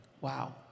Wow